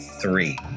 three